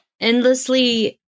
endlessly